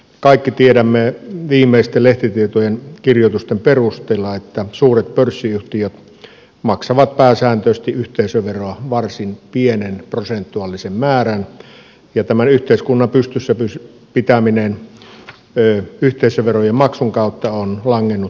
kaikki tiedämme viimeisten lehtitietojen kirjoitusten perusteella että suuret pörssiyhtiöt maksavat pääsääntöisesti yhteisöveroa varsin pienen prosentuaalisen määrän ja tämän yhteiskunnan pystyssä pitäminen yhteisöverojen maksun kautta on langennut pk yrityksille